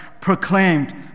proclaimed